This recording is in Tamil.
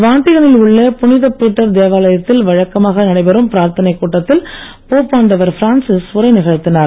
வாடிகனில் உள்ள புனித பீட்டர் தேவாலயத்தில் வழக்கமாக நடைபெறும் பிரார்த்தனைக் கூட்டத்தில் போப்பாண்டவர் பிரான்சிஸ் உரை நிகழ்த்தினார்